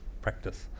practice